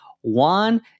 One